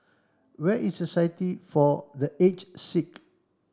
where is Society for the Aged Sick